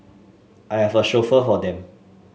I have a chauffeur for them